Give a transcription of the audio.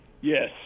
Yes